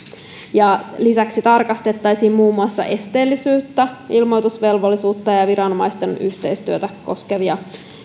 lisäksi tarkastettaisiin muun muassa esteellisyyttä ilmoitusvelvollisuutta ja ja viranomaisten yhteistyötä koskevia